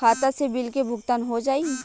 खाता से बिल के भुगतान हो जाई?